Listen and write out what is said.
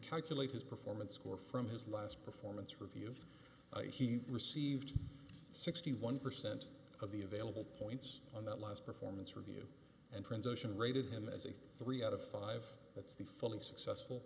calculate his performance score from his last performance review he received sixty one percent of the available points on that last performance review and prince ocean rated him as a three out of five it's the fully successful